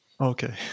Okay